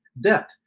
debt